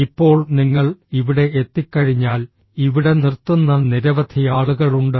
ഇപ്പോൾ നിങ്ങൾ ഇവിടെ എത്തിക്കഴിഞ്ഞാൽ ഇവിടെ നിർത്തുന്ന നിരവധി ആളുകളുണ്ട്